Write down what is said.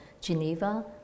geneva